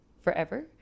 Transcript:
forever